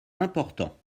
important